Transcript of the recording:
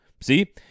See